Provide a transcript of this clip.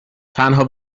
تنها